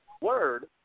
word